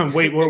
Wait